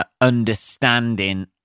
understanding